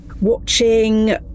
watching